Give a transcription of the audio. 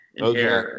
Okay